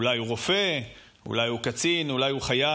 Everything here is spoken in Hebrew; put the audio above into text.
אולי הוא רופא, אולי הוא קצין, אולי הוא חייל.